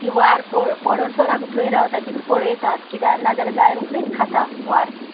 ती वार पड पडसर आमी थंय रावता किदें पळयतात किद्या नाजाल्यार गाय रोकडीच खाता वार ती